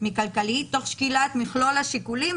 מכלכלה; "תוך שקילת מכלול השיקולים",